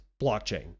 blockchain